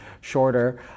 shorter